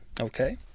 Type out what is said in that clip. okay